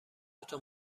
دوتا